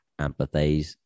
empathize